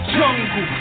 jungle